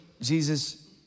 Jesus